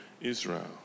Israel